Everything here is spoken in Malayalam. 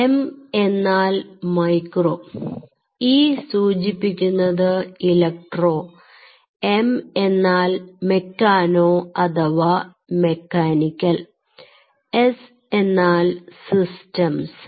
M എന്നാൽ മൈക്രോ E സൂചിപ്പിക്കുന്നത് ഇലക്ട്രോ M എന്നാൽ മെക്കാനോ അഥവാ മെക്കാനിക്കൽ S എന്നാൽ സിസ്റ്റംസ്